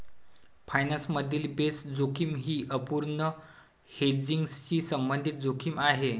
finance मधील base जोखीम ही अपूर्ण हेजिंगशी संबंधित जोखीम आहे